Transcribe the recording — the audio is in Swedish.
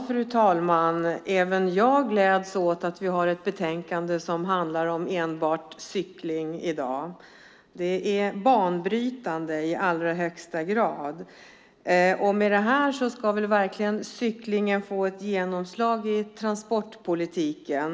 Fru talman! Även jag gläds åt att vi har ett betänkande som handlar om enbart cykling i dag. Det är banbrytande i allra högsta grad. Med det här ska väl cyklingen verkligen få ett genomslag i transportpolitiken.